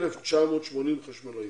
1,980 חשמלאים.